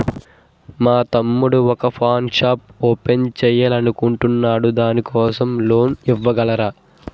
మా తమ్ముడు నెల వొక పాన్ షాప్ ఓపెన్ చేయాలి అనుకుంటునాడు దాని కోసం లోన్ ఇవగలరా?